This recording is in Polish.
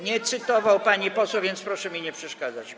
Nie cytował pani poseł, więc proszę mi nie przeszkadzać.